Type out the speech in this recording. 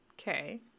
Okay